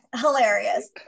Hilarious